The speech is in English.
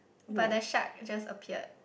but that shark just appeared